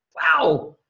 Wow